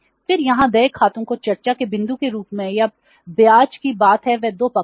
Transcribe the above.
फिर यहां देय खातों को चर्चा के बिंदु के रूप में या ब्याज की बात है वे 2 पक्ष हैं